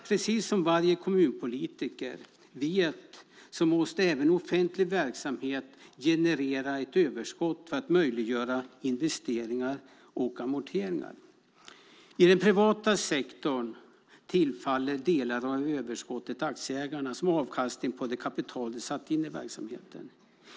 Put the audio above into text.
Precis som varje kommunpolitiker vet måste även offentlig verksamhet generera ett överskott för att möjliggöra investeringar och amorteringar. I den privata sektorn tillfaller delar av överskottet aktieägarna som avkastning på det kapital de satt in i verksamheten.